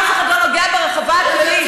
אף אחד לא נוגע ברחבה הכללית.